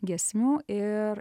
giesmių ir